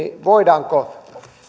voidaanko